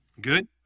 Good